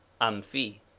Amphi